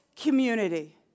community